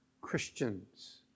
Christians